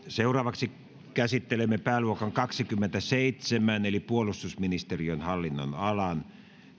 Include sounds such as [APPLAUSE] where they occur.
[UNINTELLIGIBLE] seuraavaksi käsittelemme pääluokan kaksikymmentäseitsemän eli puolustusministeriön hallinnonalan